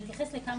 אני אתייחס לכמה